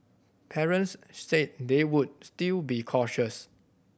parents said they would still be cautious